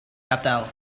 gadael